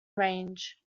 range